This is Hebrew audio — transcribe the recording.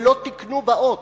ולא תיקנו בה אות.